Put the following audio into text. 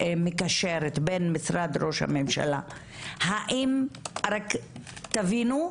המקשרת בין משרד ראש הממשלה - רק תבינו,